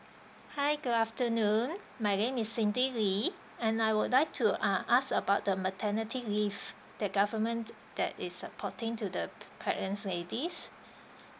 hi good afternoon my name is cindy lee and I would like to ah ask about the maternity leave that government that is supporting to the p~ pregnant ladies